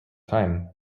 time